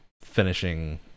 finishing